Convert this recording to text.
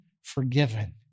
forgiven